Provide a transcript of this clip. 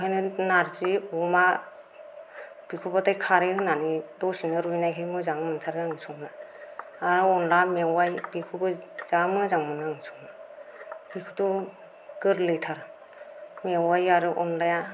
ओंखायनो नार्जि अमा बेखौबाथाय खारै होनानै दसेनो रुइनायखाय मोजां मोनथारो आं संनो आर अनला मेवाइ बेखौबो जा मोजां मोनो आं संनो बेखौथ' गोरलैथार मेवाइ आरो अनलाया